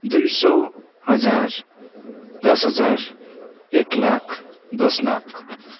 दुई सय हजार दस हजार एक लाख दस लाख